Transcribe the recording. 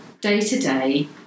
day-to-day